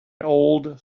old